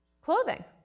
clothing